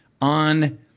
on